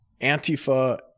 Antifa